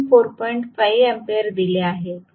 5 ampere दिले आहे